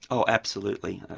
oh absolutely.